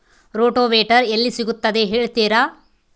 Rotavator ಎಲ್ಲಿ ಸಿಗುತ್ತದೆ ಹೇಳ್ತೇರಾ?